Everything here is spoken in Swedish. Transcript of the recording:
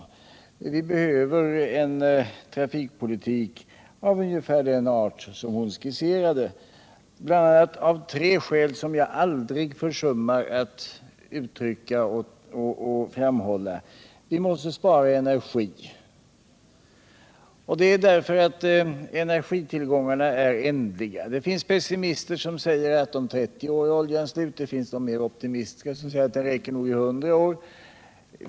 Vi = godshantering behöver en trafikpolitik av ungefär den art som hon skisserade bl.a. av tre skäl som jag aldrig försummar att framhålla: Vi måste spara energi. Energitillgångarna är ändliga. Det finns pessimister som säger att om 30 år är oljan slut, och det finns de som är mer optimistiska och säger att den räcker i 100 år.